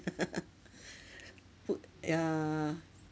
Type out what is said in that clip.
put yeah